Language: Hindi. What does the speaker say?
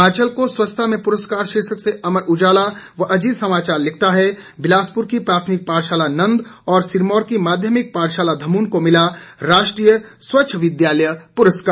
हिमाचल को स्वच्छता में पुरस्कार शीर्षक से अमर उजाला व अजीत समाचार लिखता है बिलासपुर की प्राथमिक पाठशाला नंद और सिरमौर की माध्यमिक पाठशाला धमून को मिला राष्ट्रीय स्वच्छ विद्यालय पुरस्कार